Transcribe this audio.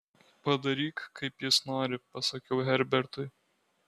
padaryk kaip jis nori pasakiau herbertui